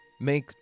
make